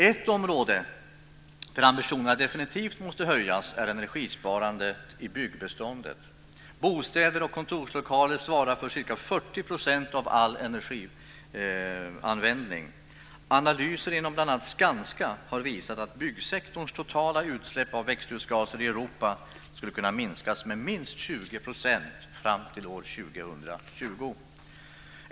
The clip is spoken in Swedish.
Ett område där ambitionerna definitivt måste höjas är energisparandet i byggbeståndet. Bostäder och kontorslokaler svarar för ca 40 % av all energianvändning. Analyser inom bl.a. Skanska har visat att byggsektorns totala utsläpp av växthusgaser i Europa skulle kunna minskas med minst 20 % fram till 2020.